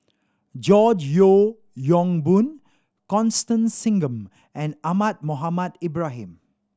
George Yeo Yong Boon Constance Singam and Ahmad Mohamed Ibrahim